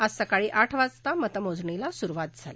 आज सकाळी आठ वाजता मतमोजणीला सुरुवात झाली